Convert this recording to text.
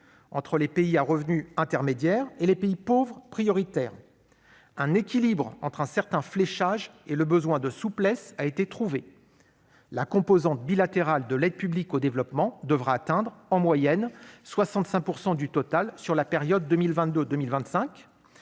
entre les pays à revenus intermédiaires et les pays pauvres prioritaires. Un équilibre entre un certain fléchage et le besoin de souplesse a été trouvé : la composante bilatérale de l'aide publique au développement devra atteindre en moyenne 65 % du total de l'aide sur la période 2022-2025